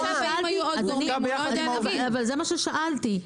זה מה ששאלתי.